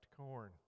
corn